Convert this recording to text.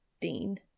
Dean